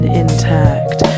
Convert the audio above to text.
intact